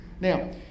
Now